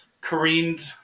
careened